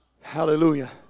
Hallelujah